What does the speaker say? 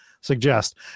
suggest